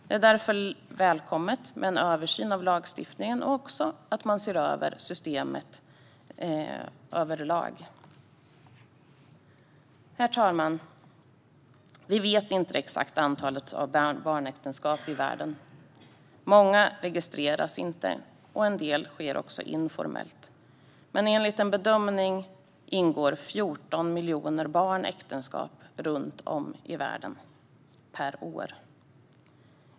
Det är därför välkommet med en översyn av lagstiftningen och att systemet överlag ses över. Herr talman! Vi vet inte det exakta antalet barnäktenskap i världen. Många registreras inte, och en del ingås också informellt. Men enligt en bedömning ingår 14 miljoner barn runt om i världen äktenskap varje år.